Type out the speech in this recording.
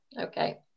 Okay